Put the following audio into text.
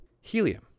Helium